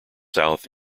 south